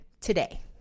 today